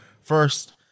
First